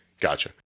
Gotcha